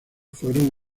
fueron